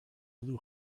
blew